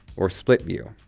or split view.